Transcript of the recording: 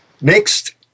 Next